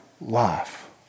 life